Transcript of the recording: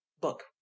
book